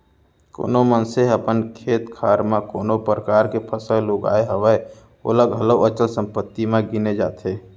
कोनो मनसे ह अपन खेत खार म कोनो परकार के फसल उगाय हवय ओला घलौ अचल संपत्ति म गिने जाथे